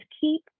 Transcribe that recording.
keep